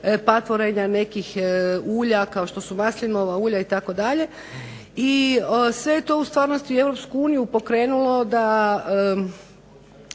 patvorenja nekih ulja kao što su maslinova ulja itd. I sve je to u stvarnosti u EU pokrenulo da